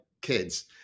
kids